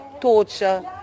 torture